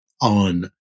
on